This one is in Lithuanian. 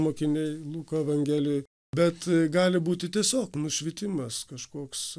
mokiniai luko evangelijoj bet gali būti tiesiog nušvitimas kažkoks